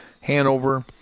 Hanover